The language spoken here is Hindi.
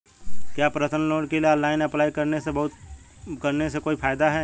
क्या पर्सनल लोन के लिए ऑनलाइन अप्लाई करने से कोई फायदा है?